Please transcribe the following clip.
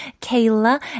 Kayla